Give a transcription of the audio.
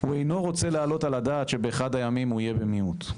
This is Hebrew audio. הוא אינו רוצה להעלות על הדעת שבאחד הימים הוא יהיה במיעוט.